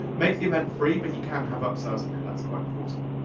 make the event free, but you can have upsells in there, that's quite important.